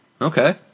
Okay